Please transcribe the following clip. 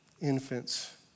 Infants